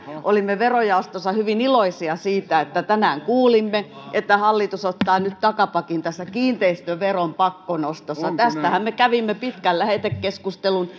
olimme verojaostossa hyvin iloisia siitä että tänään kuulimme että hallitus ottaa nyt takapakin tässä kiinteistöveron pakkonostossa tästähän me kävimme pitkän lähetekeskustelun